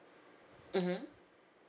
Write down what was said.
mmhmm